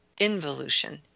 involution